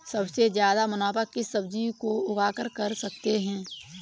सबसे ज्यादा मुनाफा किस सब्जी को उगाकर कर सकते हैं?